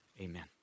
Amen